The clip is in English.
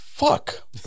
Fuck